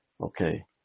okay